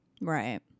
Right